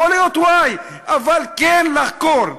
יכול להיות y, אבל כן לחקור.